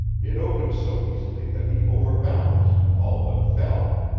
it opened so easily that he overbalanced, all but fell.